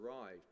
arrived